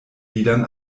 liedern